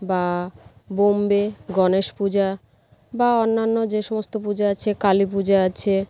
বা বোম্বে গণেশ পূজা বা অন্যান্য যে সমস্ত পূজা আছে কালী পূজা আছে